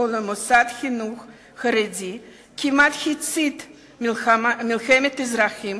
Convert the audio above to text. למוסד חינוך חרדי כמעט הצית מלחמת אזרחים,